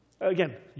Again